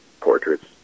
portraits